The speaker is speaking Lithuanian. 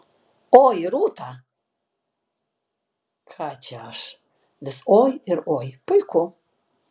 oi rūta ką čia aš vis oi ir oi puiku